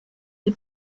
lès